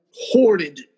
hoarded